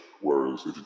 Whereas